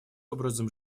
образом